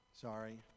Sorry